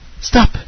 Stop